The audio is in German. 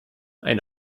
ein